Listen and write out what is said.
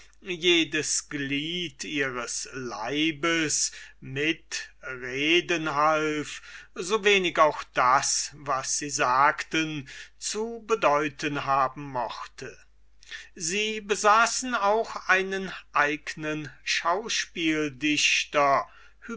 jedes glied ihres leibes mitreden half so wenig auch das was sie sagten zu bedeuten haben mochte sie besaßen auch einen